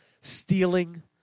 stealing